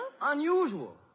Unusual